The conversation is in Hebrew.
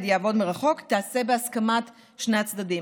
יעבוד מרחוק תיעשה בהסכמת שני הצדדים.